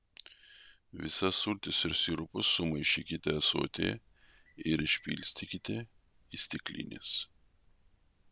visas sultis ir sirupus sumaišykite ąsotyje ir išpilstykite į stiklines